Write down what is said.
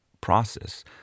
process